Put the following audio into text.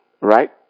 Right